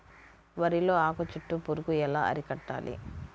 వరిలో ఆకు చుట్టూ పురుగు ఎలా అరికట్టాలి?